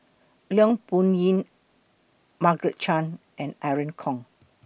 Leong Yoon Margaret Chan and Irene Khong